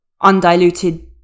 undiluted